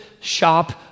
shop